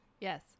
Yes